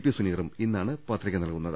P സുനീറും ഇന്നാണ് പത്രിക നൽകുന്നത്